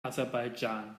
aserbaidschan